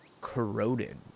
corroded